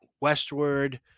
Westward